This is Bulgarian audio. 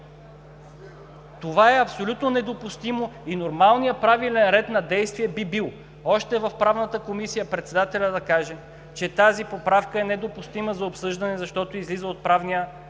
Това е абсолютно недопустимо и нормалният правилен ред на действие би бил: още в Правната комисия председателят да каже, че тази поправка е недопустима за обсъждане, защото излиза от предметния обхват на